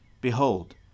Behold